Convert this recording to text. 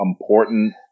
important